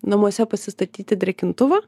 namuose pasistatyti drėkintuvą